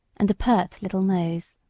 and a pert little nose.